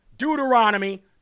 Deuteronomy